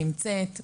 נמצאת,